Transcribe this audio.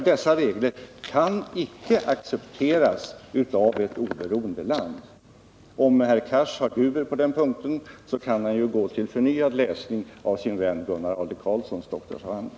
Dessa regler kan nämligen inte accepteras av ett oberoende land. Om herr Cars har dubier på den punkten, kan han ju gå till förnyad läsning av sin vän Gunnar Adler Karlssons doktorsavhandling.